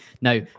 Now